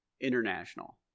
international